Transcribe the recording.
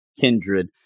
Kindred